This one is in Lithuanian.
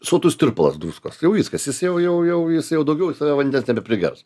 sotus tirpalas druskos jau viskas jis jau jau jis jau daugiau į save vandens nebeprigers